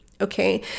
Okay